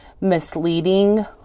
misleading